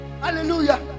hallelujah